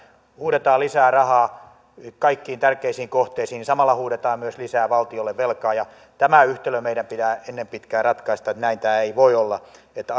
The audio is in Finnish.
huudetaan lisää rahaa kaikkiin tärkeisiin kohteisiin niin samalla huudetaan myös lisää valtiolle velkaa tämä yhtälö meidän pitää ennen pitkää ratkaista näin tämä ei voi olla että